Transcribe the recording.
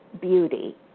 beauty